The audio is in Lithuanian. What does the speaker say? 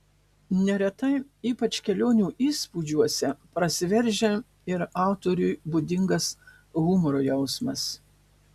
neretai ypač kelionių įspūdžiuose prasiveržia ir autoriui būdingas humoro jausmas